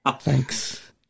Thanks